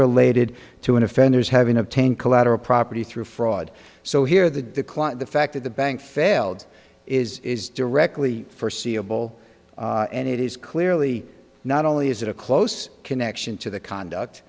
related to an offender's having obtained collateral property through fraud so here the decline and the fact that the bank failed is is directly forseeable and it is clearly not only is it a close connection to the conduct